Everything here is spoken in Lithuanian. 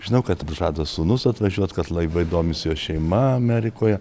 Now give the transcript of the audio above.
žinau kad žada sūnus atvažiuot kad laibai domisi jo šeima amerikoje